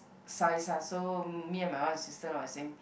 size ah so me and my one of sisters were saying